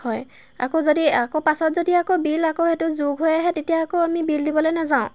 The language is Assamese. হয় আকৌ যদি আকৌ পাছত যদি আকৌ বিল আকৌ সেইটো যোগ হৈ আহে তেতিয়া আকৌ আমি বিল দিবলৈ নেযাওঁ